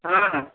हाँ